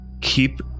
Keep